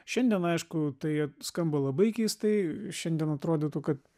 šiandien aišku tai skamba labai keistai šiandien atrodytų kad